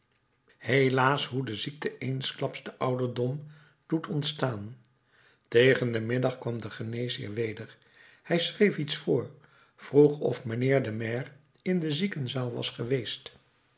helaas hoe de ziekte eensklaps den ouderdom doet ontstaan tegen den middag kwam de geneesheer weder hij schreef iets voor vroeg of mijnheer de maire in de ziekenzaal was geweest